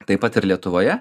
taip pat ir lietuvoje